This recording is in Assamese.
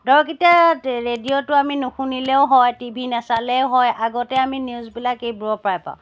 ধৰক এতিয়া ৰেডিঅ'টো আমি নুশুনিলেও হয় টি ভি নাচালেও হয় আগতে আমি নিউজবিলাক এইবোৰৰ পৰাই পাওঁ